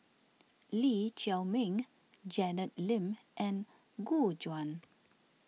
Lee Chiaw Meng Janet Lim and Gu Juan